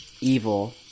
evil